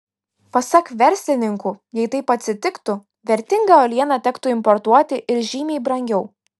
pasak verslininkų jei taip atsitiktų vertingą uolieną tektų importuoti ir žymiai brangiau